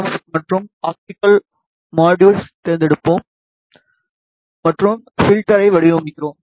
F மற்றும் optical module தேர்ந்தெடுப்போம் ஃப்ல்டரை வடிவமைக்கிறோம்